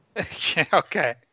Okay